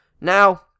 Now